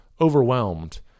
overwhelmed